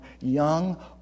Young